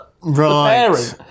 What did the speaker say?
Right